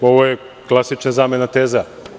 Ovo je klasična zamena teza.